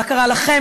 מה קרה לכם,